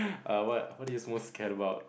ah what what do you most scare about